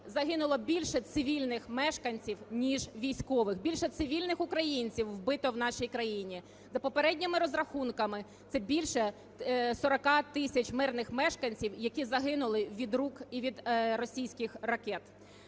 загинуло більше цивільних мешканців ніж військових. Більше цивільних українців вбито в нашій країні, за попередніми розрахунками це більше 40 тисяч мирних мешканців, які загинули від рук і від російських ракет.